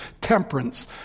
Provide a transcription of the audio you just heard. temperance